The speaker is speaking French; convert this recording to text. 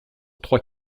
trois